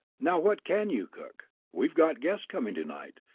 now, what can you cook? we've got guests coming to-night.